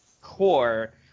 core